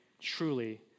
truly